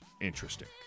interesting